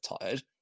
tired